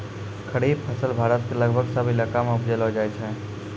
खरीफ फसल भारत के लगभग सब इलाका मॅ उपजैलो जाय छै